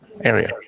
area